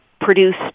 produced